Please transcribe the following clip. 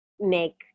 make